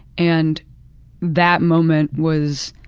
and that moment was,